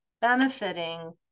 benefiting